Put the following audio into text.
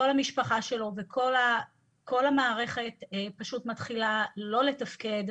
כל המשפחה שלו וכל המערכת פשוט מתחילה לא לתפקד.